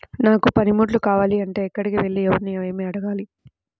నాకు పనిముట్లు కావాలి అంటే ఎక్కడికి వెళ్లి ఎవరిని ఏమి అడగాలి?